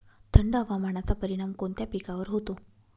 थंड हवामानाचा परिणाम कोणत्या पिकावर होतो?